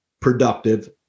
productive